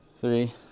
three